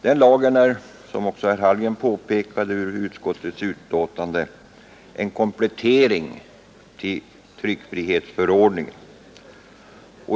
Denna lag är som framgår av utskottets betänkande — det påpekade också herr Hallgren — en komplettering till tryckfrihetsförordningen.